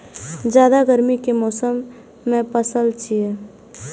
जायद गर्मी के मौसम के पसल छियै